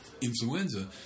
influenza